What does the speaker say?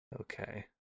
Okay